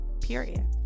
period